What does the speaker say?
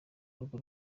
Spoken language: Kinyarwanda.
rugo